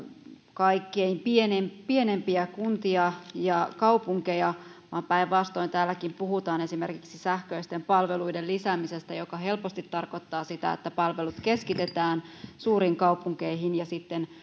kaikkein pienimpiä pienimpiä kuntia ja kaupunkeja vaan päinvastoin täälläkin puhutaan esimerkiksi sähköisten palveluiden lisäämisestä joka helposti tarkoittaa sitä että palvelut keskitetään suuriin kaupunkeihin ja sitten